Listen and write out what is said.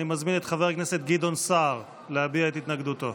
אני מזמין את חבר הכנסת גדעון סער להביע את התנגדותו.